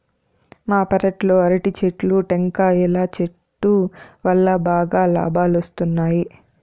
మా పెరట్లో అరటి చెట్లు, టెంకాయల చెట్టు వల్లా బాగా లాబాలొస్తున్నాయి